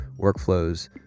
workflows